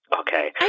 okay